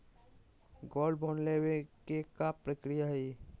Gold bond लेवे के का प्रक्रिया हई?